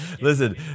Listen